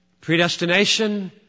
Predestination